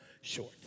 short